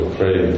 pray